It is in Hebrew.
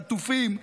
חטופים,